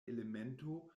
elemento